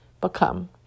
become